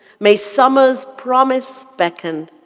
may summer's promise beckon,